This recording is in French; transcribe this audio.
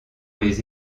les